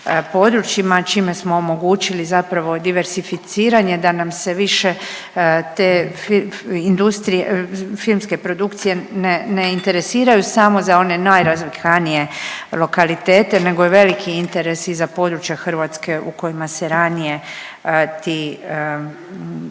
područjima čime smo omogućili zapravo diversificiranje da nam se više te industrije, filmske produkcije ne interesiraju samo za one najrazvikanije lokalitete nego je veliki interes i za područja Hrvatske u kojima se ranije ti,